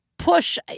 push